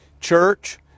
Church